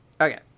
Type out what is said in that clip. okay